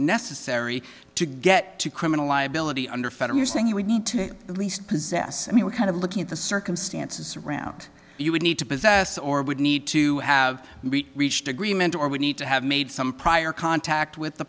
necessary to get to criminal liability underfed of your saying you would need to at least possess me what kind of looking at the circumstances around you would need to possess or would need to have reached agreement or would need to have made some prior contact with the